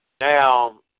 Now